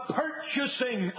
purchasing